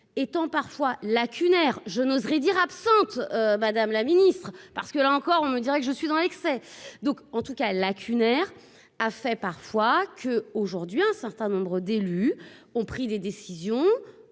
étant parfois lacunaires je n'oserais dire absente madame la Ministre parce que, là encore, on me dirait que je suis dans l'excès, donc, en tout cas, lacunaires a fait parfois que, aujourd'hui, un certain nombre d'élus ont pris des décisions